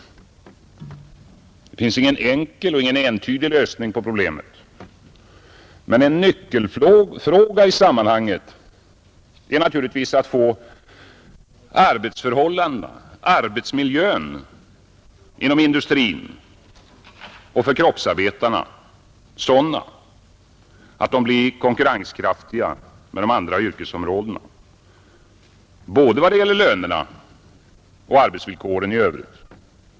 Det finns ingen enkel och entydig lösning, men en nyckelfråga i sammanhanget är naturligtvis att kunna göra arbetsförhållandena och arbetsmiljön inom industrin och för kroppsarbetarna sådana att de arbetena blir konkurrenskraftiga med andra yrkesområden vad beträffar både löner och arbetsvillkor i övrigt.